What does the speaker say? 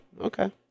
Okay